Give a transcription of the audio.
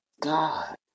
God